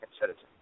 citizen